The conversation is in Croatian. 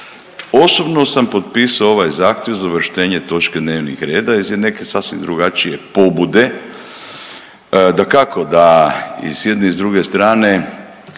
Osobno sam potpisao ovaj zahtjev za uvrštenje točke dnevnih reda iz neke sasvim drugačije pobude. Dakako da i s jedne i s druge strane